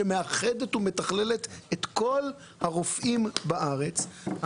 שמאחדת ומתכללת את כל הרופאים בארץ.